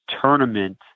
tournament